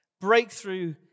Breakthrough